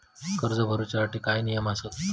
कर्ज भरूच्या साठी काय नियम आसत?